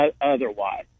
otherwise